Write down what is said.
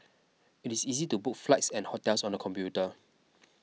it is easy to book flights and hotels on the computer